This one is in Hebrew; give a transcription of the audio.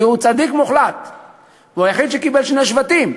הוא היחיד שקיבל שני שבטים.